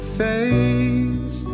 face